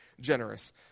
generous